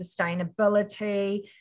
sustainability